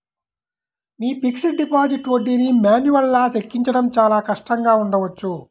మీ fixed deposit వడ్డీని మాన్యువల్గా లెక్కించడం చాలా కష్టంగా ఉండవచ్చు